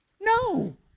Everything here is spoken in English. No